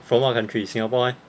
from what country Singapore meh